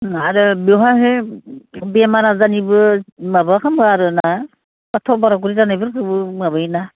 आरो बेवहायहाय बेमार आजारनिबो माबा खालामोबा आरोना हथ'बाराव गोलैजानायफोरखौबो माबायोना